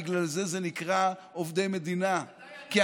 בגלל זה זה נקרא "עובדי מדינה" אתה יודע מה,